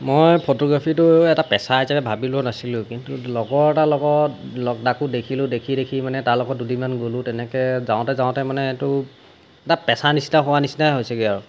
মই ফটোগ্ৰাফীটো এটা পেছা হিচাপে ভাবি লোৱা নাছিলো কিন্তু লগৰ এটা লগত ল তাকো দেখিলো দেখি দেখি মানে তাৰ লগত দুদিনমান গ'লো তেনেকৈ যাওঁতে যাওঁতে মানে এইটো এটা পেছাৰ নিচিনা হোৱা নিচিনাই হৈছেগৈ আৰু